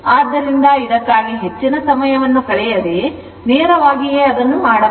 ಆದ್ದರಿಂದ ಇದಕ್ಕಾಗಿ ಹೆಚ್ಚಿನ ಸಮಯವನ್ನು ಕಳೆಯದೇ ನೇರವಾಗಿ ಅದನ್ನು ಮಾಡಬಹುದು